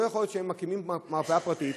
לא יכול להיות שמקימים מרפאה פרטית,